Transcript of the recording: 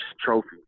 trophy